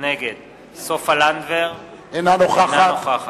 נגד סופה לנדבר, אינה נוכחת